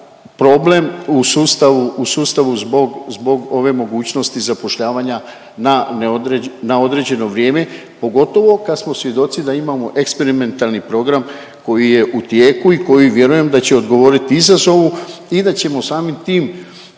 sustavu, u sustavu zbog, zbog ove mogućnosti zapošljavanja na neodređ… na određeno vrijeme pogotovo kad smo svjedoci da imamo eksperimentalni program koji je u tijeku i koji vjerujem da će odgovoriti izazovu i da ćemo samim tim